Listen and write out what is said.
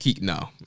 no